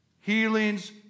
Healings